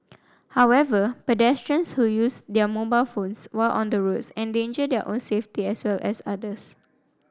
however pedestrians who use their mobile phones while on the roads endanger their own safety as well as others